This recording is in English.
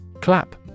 Clap